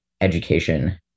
education